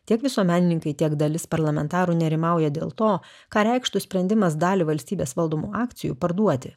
tiek visuomenininkai tiek dalis parlamentarų nerimauja dėl to ką reikštų sprendimas dalį valstybės valdomų akcijų parduoti